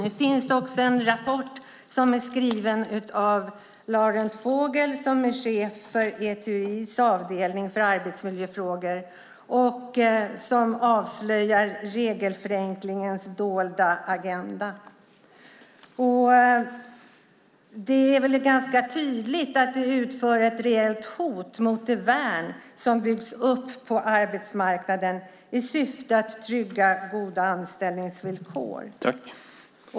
Nu finns det också en rapport som är skriven av Laurent Vogel som är chef för ETUI:s avdelning för arbetsmiljöfrågor. Rapporten avslöjar regelförenklingens dolda agenda. Det är ganska tydligt att detta utgör ett rejält hot mot det värn som har byggts upp på arbetsmarknaden i syfte att trygga goda anställningsvillkor.